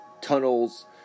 tunnels